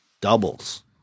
doubles